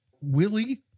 Willie